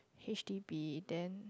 h_d_b then